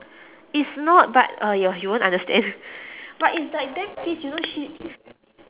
it's not but uh ya you won't understand but is like damn pissed you know she